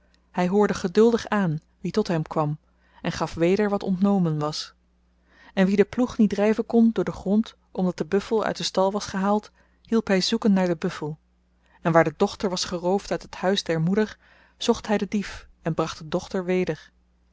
hy hoorde geduldig aan wie tot hem kwam en gaf weder wat ontnomen was en wie den ploeg niet dryven kon door den grond omdat de buffel uit den stal was gehaald hielp hy zoeken naar den buffel en waar de dochter was geroofd uit het huis der moeder zocht hy den dief en bracht de dochter weder